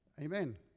Amen